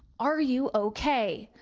are you okay?